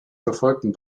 verfolgten